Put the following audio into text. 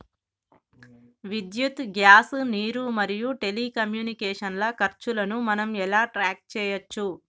విద్యుత్ గ్యాస్ నీరు మరియు టెలికమ్యూనికేషన్ల ఖర్చులను మనం ఎలా ట్రాక్ చేయచ్చు?